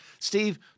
Steve